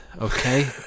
okay